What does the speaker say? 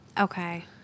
Okay